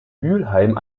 mülheim